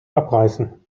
abreißen